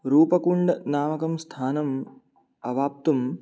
रूपकुण्डनामकं स्थानम् अवाप्तुं